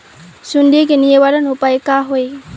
सुंडी के निवारण उपाय का होए?